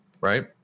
right